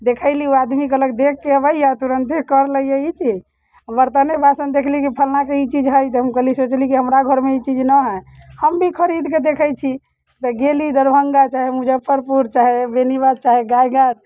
देखैली ओ आदमी कहलक देखि कऽ अबैए तुरन्ते कर लैए ई चीज बर्तने बासन देखली कि फल्लाँके ई चीज हइ तऽ हम कहली सोचली कि हमरा घरमे ई चीज न हइ हम भी खरीद कऽ देखैत छी तऽ गेली दरभङ्गा चाहे मुजफ्फरपुर चाहे बेनीबाद चाहे गाय घाट